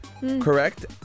Correct